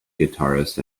guitarist